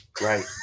Right